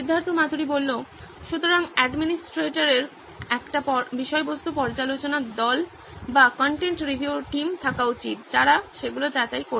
সিদ্ধার্থ মাতুরি সুতরাং অ্যাডমিনিস্ট্রেটরের একটি বিষয়বস্তু পর্যালোচনা দল থাকা উচিত যারা সেগুলো যাচাই করবে